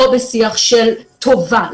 לא בשיח של טובה,